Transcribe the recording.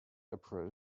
april